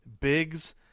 Biggs